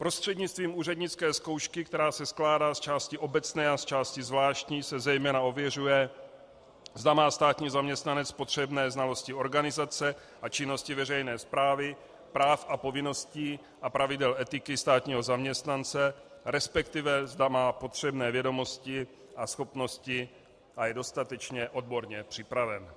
Prostřednictvím úřednické zkoušky, která se skládá z části obecné a z části zvláštní, se zejména ověřuje, zda má státní zaměstnanec potřebné znalosti organizace a činnosti veřejné správy, práv a povinností a pravidel etiky státního zaměstnance, respektive zda má potřebné vědomosti, schopnosti a je dostatečně odborně připraven.